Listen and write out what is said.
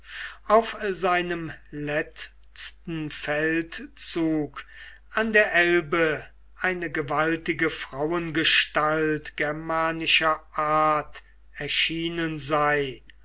auf seinem letzten feldzug an der elbe eine gewaltige frauengestalt germanischer art erschienen sei